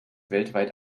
weltweit